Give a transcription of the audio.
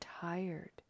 tired